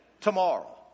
tomorrow